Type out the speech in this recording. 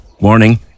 Morning